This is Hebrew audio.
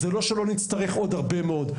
זה לא שלא נצטרך עוד הרבה מאוד,